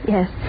Yes